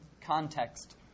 context